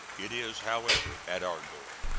it is, however, at our door.